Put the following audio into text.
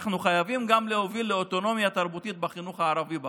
אנחנו חייבים להוביל גם לאוטונומיה תרבותית בחינוך הערבי בארץ.